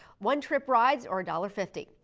one trip rides are a dollar fifty.